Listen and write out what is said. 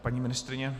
Paní ministryně?